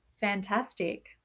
fantastic